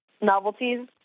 novelties